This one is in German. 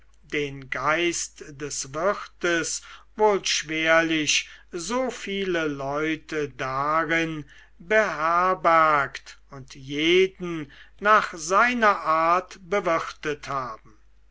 den geist des wirtes wohl schwerlich so viele leute darin beherbergt und jeden nach seiner art bewirtet haben